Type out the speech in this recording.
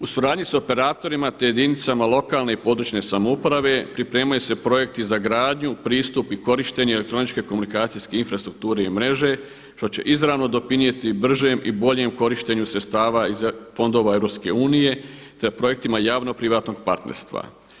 U suradnji s operatorima te jedinicama lokalne i područne samouprave pripremaju se projekti za gradnju, pristup i korištenje elektroničke komunikacijske infrastrukture i mreže što će izravno doprinijeti bržem i boljem korištenju sredstava iz fondova EU, te projektima javno privatnog partnerstva.